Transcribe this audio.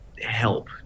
help